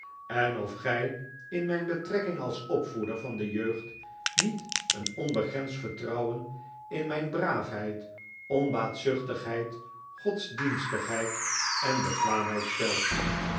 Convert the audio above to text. en of gij in mijn betrekking als opvoeder van de jeugd niet een onbegrensd vertrouwen in mijn braafheid onbaatzuchtigheid godsdienstigheid en bekwaamheid stelt